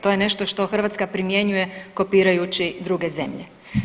To je nešto što Hrvatska primjenjuje kopirajući druge zemlje.